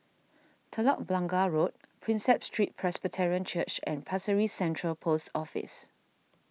Telok Blangah Road Prinsep Street Presbyterian Church and Pasir Ris Central Post Office